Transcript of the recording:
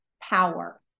power